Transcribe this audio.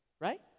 right